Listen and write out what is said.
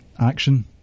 action